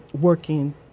working